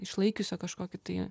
išlaikiusio kažkokį tai